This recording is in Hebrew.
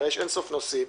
הרי יש אין-סוף נושאים,